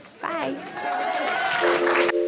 Bye